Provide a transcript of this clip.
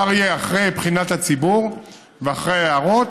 ואחרי בחינת הציבור ואחרי הערות,